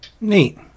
Neat